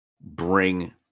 bring